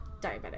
diabetic